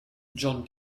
john